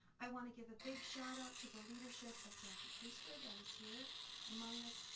i wanna give a big shout out to the leadership of jacque treaster that is here among us,